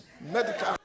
medical